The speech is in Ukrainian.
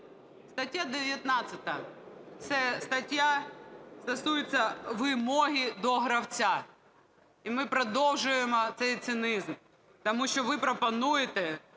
стаття 19, це стаття стосується вимоги до гравця. І ми продовжуємо цей цинізм, тому що ви пропонуєте,